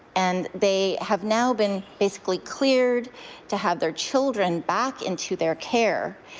and they have now been basically cleared to have their children back into their care.